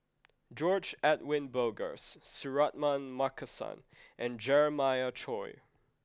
George Edwin Bogaars Suratman Markasan and Jeremiah Choy